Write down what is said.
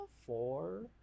four